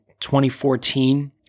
2014